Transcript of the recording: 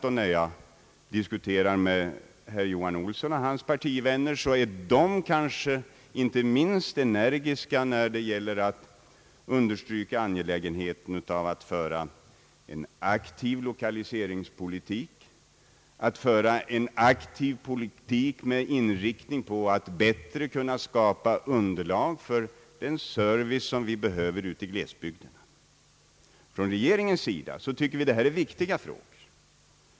När jag diskuterar med herr Johan Olsson och hans partivänner är de kanske de inte minst energiska att understryka angelägenheten av att föra en aktiv lokaliseringspolitik med inriktning på att skapa bättre underlag för den service som behövs i glesbygderna. Inom regeringen tycker vi att detta är viktiga frågor.